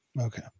Okay